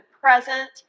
present